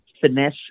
finesse